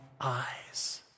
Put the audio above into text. eyes